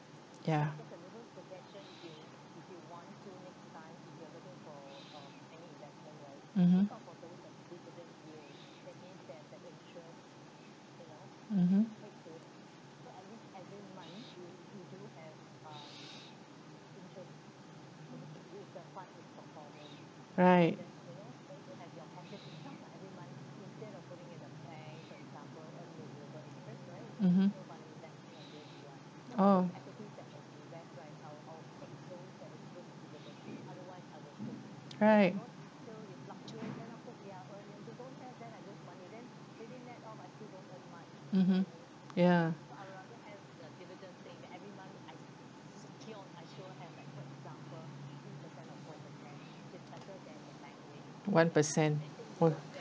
ya mmhmm mmhmm right mmhmm orh right mmhmm ya one percent or